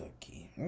cookie